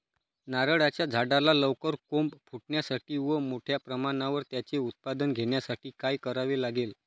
नारळाच्या झाडाला लवकर कोंब फुटण्यासाठी व मोठ्या प्रमाणावर त्याचे उत्पादन घेण्यासाठी काय करावे लागेल?